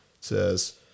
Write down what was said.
says